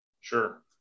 Sure